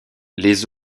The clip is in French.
les